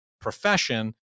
profession